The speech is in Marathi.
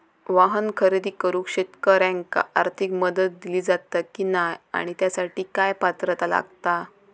वाहन खरेदी करूक शेतकऱ्यांका आर्थिक मदत दिली जाता की नाय आणि त्यासाठी काय पात्रता लागता?